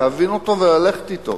להבין אותו וללכת אתו,